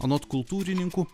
anot kultūrininkų